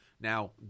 Now